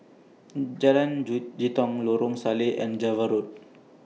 Jalan Jitong Lorong Salleh and Java Road